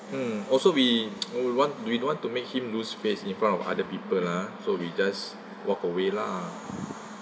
mm also we we want we don't want to make him lose face in front of other people lah so we just walked away lah